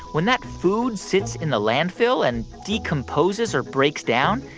when that food sits in the landfill and decomposes or breaks down,